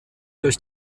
durch